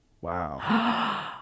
Wow